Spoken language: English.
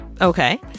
Okay